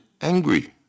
angry